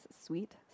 sweet